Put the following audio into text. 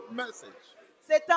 message